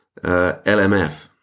LMF